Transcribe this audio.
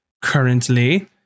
currently